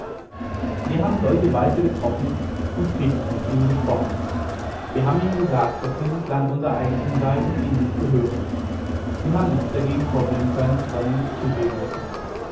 wir haben solche weiße getroffen und friedlich mit ihnen gesprochen wir haben ihnen gesagt daß dieses land unser eigentum sei und ihnen nicht gehöre sie haben nichts dagegen vorbringen können sondern es zugeben müssen